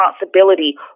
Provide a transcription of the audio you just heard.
responsibility